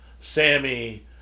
Sammy